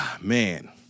Man